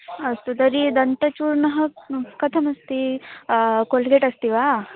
अस्तु तर्हि दन्तचूर्णः कथमस्ति कोल्गेटस्ति वा